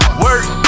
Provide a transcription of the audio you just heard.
work